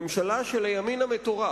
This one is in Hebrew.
ממשלה של הימין המטורף,